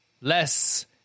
less